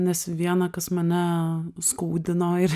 nes viena kas mane skaudino ir